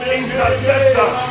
intercessor